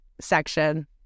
section